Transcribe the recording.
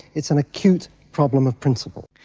it's an acute problem of principle.